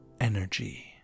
energy